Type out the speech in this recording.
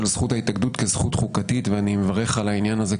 זכות ההתאגדות כזכות חוקית ואני כמובן מברך על העניין הזה.